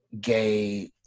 gay